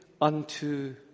unto